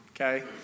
okay